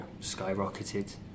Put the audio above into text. skyrocketed